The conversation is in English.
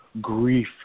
grief